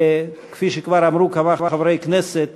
כפי שכבר אמרו כמה חברי כנסת,